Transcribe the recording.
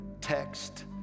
text